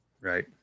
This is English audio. right